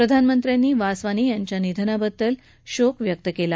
प्रधानमंत्र्यांनी वासवानी यांच्या निधनाबद्दल शोक व्यक्त केला